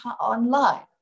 online